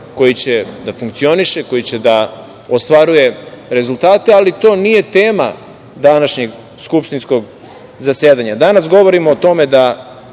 koji će da funkcioniše, koji će da ostvaruje rezultate, ali to nije tema današnjeg skupštinskog zasedanja. Danas govorimo o tome da